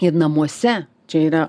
ir namuose čia yra